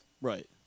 right